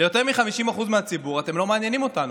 ליותר מ-50% מהציבור: אתם לא מעניינים אותנו.